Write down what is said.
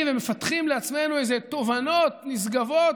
ומפתחים לעצמנו איזה תובנות נשגבות.